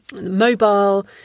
mobile